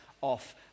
off